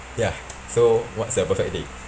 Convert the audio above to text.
ya so what's your perfect day